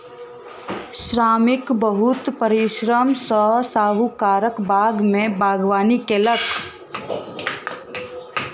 श्रमिक बहुत परिश्रम सॅ साहुकारक बाग में बागवानी कएलक